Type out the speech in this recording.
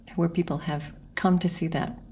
where people have come to see that?